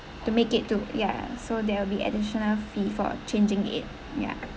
to make it to ya so there will be additional fee for changing it ya